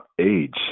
Age